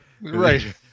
Right